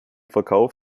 verkauf